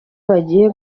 bagiye